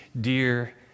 dear